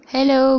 Hello